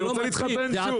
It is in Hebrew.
אני רוצה להתחתן שוב.